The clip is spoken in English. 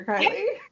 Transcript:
Kylie